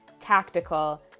tactical